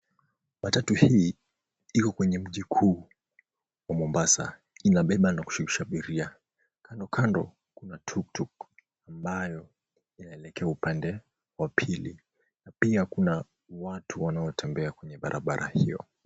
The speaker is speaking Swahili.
Matatu hii iko kwenye mji kuu wa Mombasa. Inabeba na kushusha abiria. Kando kando kuna tuktuk ambayo inaelekea upande wa pili na pia kuna watu wanaotembea kwenye barabara hio.